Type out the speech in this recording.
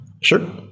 Sure